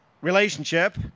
relationship